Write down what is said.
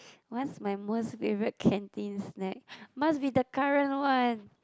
what's my most favorite canteen snack must be the current one